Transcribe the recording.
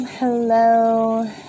Hello